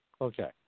Okay